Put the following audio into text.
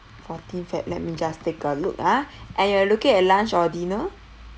fourteen feb let me just take a look ah and you're looking at lunch or dinner